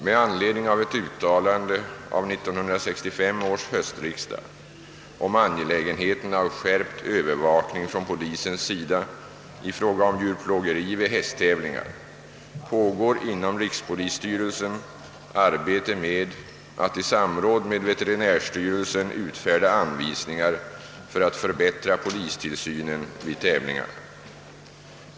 Med anledning av ett uttalande av 1965 års höstriksdag om angelägenheten av skärpt övervakning från polisens sida i fråga om djurplågeri vid hästtävlingar pågår inom rikspolisstyrelsen arbete med att i samråd med veterinärstyrelsen utfärda anvisningar för att förbättra polistillsynen vid tävlingarna.